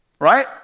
right